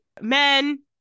Men